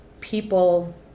people